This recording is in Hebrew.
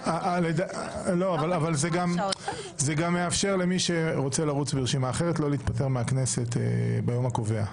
זה מאפשר למי שרוצה לרוץ ברשימה אחרת לא להתפטר מהכנסת ביום הקובע,